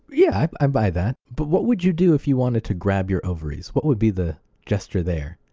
yeah, i buy that. but what would you do if you wanted to grab your ovaries? what would be the gesture there?